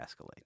escalate